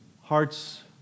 hearts